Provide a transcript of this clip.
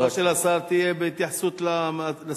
התשובה של השר תהיה בהתייחסות לסדר-היום,